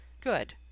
good